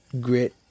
grit